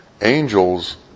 angels